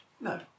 no